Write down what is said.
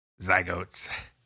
Zygotes